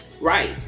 right